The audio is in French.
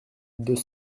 deux